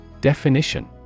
Definition